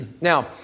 Now